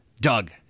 Doug